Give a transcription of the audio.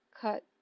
cut